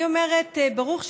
אני אומרת: ברוך שפטרנו,